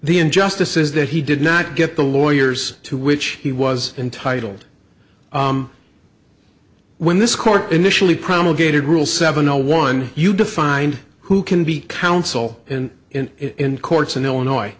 the injustice is that he did not get the lawyers to which he was entitled when this court initially promulgated rule seven zero one you defined who can be counsel and in courts in illinois